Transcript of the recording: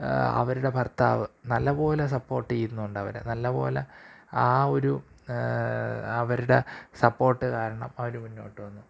അവരുടെ ഭര്ത്താവ് നല്ലപോലെ സപ്പോട്ട് ചെയ്യുന്നുണ്ട് അവരെ നല്ലപോലെ ആ ഒരു അവരുടെ സപ്പോട്ട് കാരണം അവര് മുന്നോട്ടുവന്നു